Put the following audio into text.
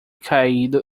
caído